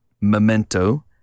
Memento